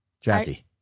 Jackie